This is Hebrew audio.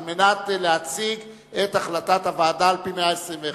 על מנת להציג את החלטת הוועדה על-פי סעיף 121,